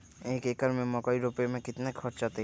एक एकर में मकई रोपे में कितना खर्च अतै?